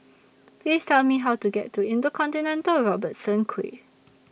Please Tell Me How to get to InterContinental Robertson Quay